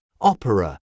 Opera